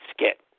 skit